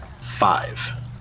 five